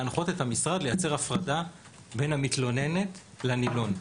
להנחות את המשרד לייצר הפרדה בין המתלוננת לנילון.